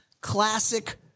classic